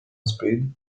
speed